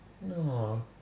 No